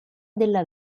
della